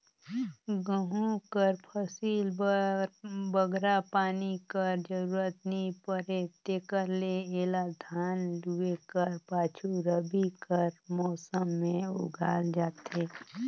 गहूँ कर फसिल बर बगरा पानी कर जरूरत नी परे तेकर ले एला धान लूए कर पाछू रबी कर मउसम में उगाल जाथे